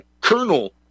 Colonel